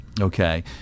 Okay